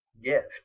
gift